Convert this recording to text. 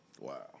wow